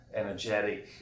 energetic